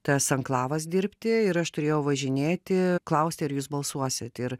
tas anklavas dirbti ir aš turėjau važinėti klausti ar jūs balsuosit ir